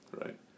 right